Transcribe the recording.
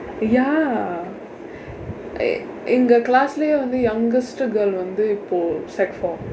ya எங்க:engka class இல்லே வந்து:ille vandthu youngest girl வந்து இப்போ:vandthu ippoo sec four